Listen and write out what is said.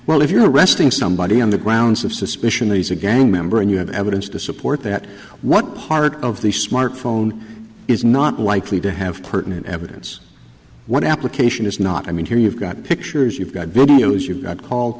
well if you're arresting somebody on the grounds of suspicion that he's a gang member and you have evidence to support that what part of the smartphone is not likely to have pertinent evidence one application is not i mean here you've got pictures you've got good news you've got called